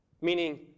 Meaning